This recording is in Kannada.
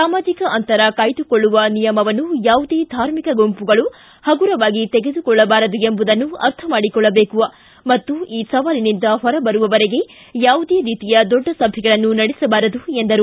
ಸಾಮಾಜಿಕ ಅಂತರ ಕಾಯ್ಲುಕೊಳ್ಳುವ ನಿಯಮವನ್ನು ಯಾವುದೇ ಧಾರ್ಮಿಕ ಗುಂಪುಗಳು ಹಗುರವಾಗಿ ತೆಗೆದುಕೊಳ್ಳಬಾರದು ಎಂಬುದನ್ನು ಅರ್ಥಮಾಡಿಕೊಳ್ಳಬೇಕು ಮತ್ತು ಈ ಸವಾಲಿನಿಂದ ಹೊರಬರುವವರೆಗೆ ಯಾವುದೇ ರೀತಿಯ ದೊಡ್ಡ ಸಭೆಗಳನ್ನು ನಡೆಸಬಾರದು ಎಂದರು